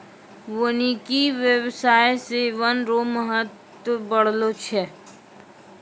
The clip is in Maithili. वानिकी व्याबसाय से वन रो महत्व बढ़लो छै